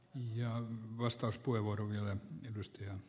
ja vastauspuheenvuoroja edustajia